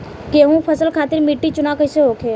गेंहू फसल खातिर मिट्टी चुनाव कईसे होखे?